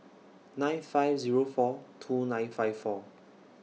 nine five Zero four two nine five four